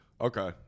Okay